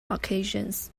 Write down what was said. occasions